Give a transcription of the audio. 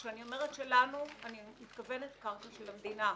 כשאני אומרת שלנו אני מתכוונת קרקע של המדינה.